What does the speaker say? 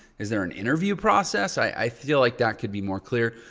is there an interview process? i feel like that could be more clear.